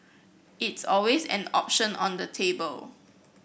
it's always an option on the table